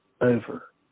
over